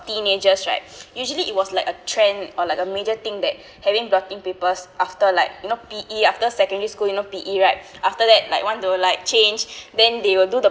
teenagers right usually it was like a trend or like a major thing that having blotting papers after like you know P_E after secondary school you know P_E right after that like one though like change then they will do the